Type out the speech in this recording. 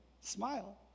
Smile